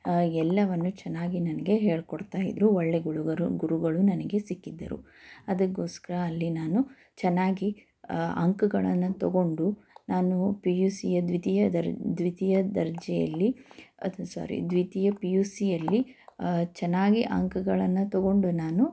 ಎಲ್ಲವನ್ನು ಚೆನ್ನಾಗಿ ನನಗೆ ಹೇಳ್ಕೊಡ್ತಾ ಇದ್ರು ಒಳ್ಳೆ ಗುಳುಗರು ಗುರುಗಳು ನನಗೆ ಸಿಕ್ಕಿದ್ದರು ಅದಕ್ಕೋಸ್ಕರ ಅಲ್ಲಿ ನಾನು ಚೆನ್ನಾಗಿ ಅಂಕಗಳನ್ನು ತಗೊಂಡು ನಾನು ಪಿ ಯು ಸಿಯ ದ್ವಿತೀಯ ದರ್ ದ್ವಿತೀಯ ದರ್ಜೆಯಲ್ಲಿ ಅದ್ ಸಾರಿ ದ್ವಿತೀಯ ಪಿ ಯು ಸಿಯಲ್ಲಿ ಚೆನ್ನಾಗಿ ಅಂಕಗಳನ್ನು ತಗೊಂಡು ನಾನು